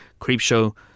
Creepshow